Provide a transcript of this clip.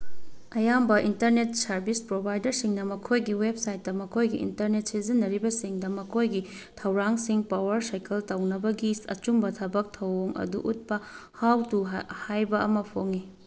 ꯑꯌꯥꯝꯕ internet service ꯄ꯭ꯔꯣꯕꯥꯏꯗꯔꯁꯤꯡꯅ ꯃꯈꯣꯏꯒꯤ ꯋꯦꯞꯁꯥꯏꯠꯇ ꯃꯈꯣꯏꯒꯤ ꯏꯟꯇꯔꯅꯦꯠ ꯁꯤꯖꯤꯟꯅꯔꯤꯕꯁꯤꯡꯗ ꯃꯈꯣꯏꯒꯤ ꯊꯧꯔꯥꯡꯁꯤꯡ ꯄꯋꯥꯔ ꯁꯥꯏꯀꯜ ꯇꯧꯅꯕꯒꯤ ꯑꯆꯨꯝꯕ ꯊꯕꯛ ꯊꯧꯑꯣꯡ ꯑꯗꯨ ꯎꯠꯄ ꯍꯥꯎ ꯇꯨ ꯍꯥꯏꯕ ꯑꯃ ꯐꯣꯡꯏ